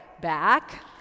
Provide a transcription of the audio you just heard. back